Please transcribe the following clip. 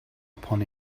upon